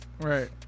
Right